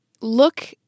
look